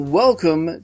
welcome